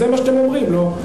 זה מה שאתם אומרים, לא?